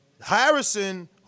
Harrison